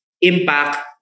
impact